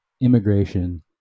immigration